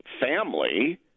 family